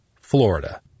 Florida